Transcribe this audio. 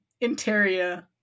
interior